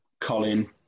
Colin